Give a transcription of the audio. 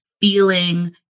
feeling